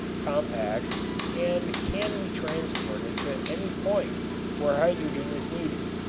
compact and can be transported to any point where hydrogen is needed,